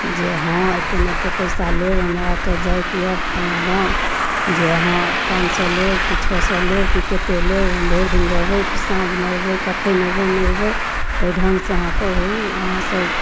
जे हँ एते नहि एते पैसा लेब हमरा अतऽ जाइके यऽ फलां गाँव जे हँ पाँच सए लेब कि छओ सए लेब कि केते लेब भरि दिन रहबै कि साँझमे एबै कखैन एबै नहि एबै तै ढङ्गसँ अहाँ कहू अहाँ सब